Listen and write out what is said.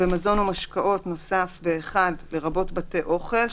במזון ומשקאות מוסף ב-(1): לרבות בתי אוכל,